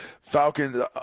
falcons